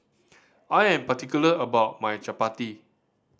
I am particular about my Chapati